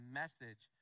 message